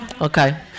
Okay